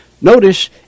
Notice